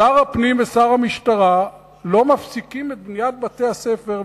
שר הפנים ושר המשטרה לא מפסיקים את בניית בתי-הספר,